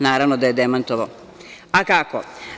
Naravno da je demantovao, a kako